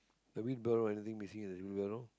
the wheelbarrow anything missing in the wheelbarrow